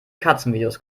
katzenvideos